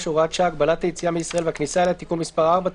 (הוראת שעה) (הגבלת היציאה מישראל והכניסה אליה)(תיקון מס' 4),